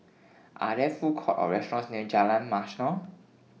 Are There Food Courts Or restaurants near Jalan Mashhor